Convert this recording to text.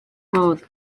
modd